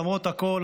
למרות הכול,